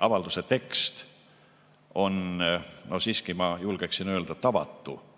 avalduse tekst on siiski, ma julgeksin öelda, tavatu,